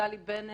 נפתלי בנט,